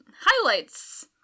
highlights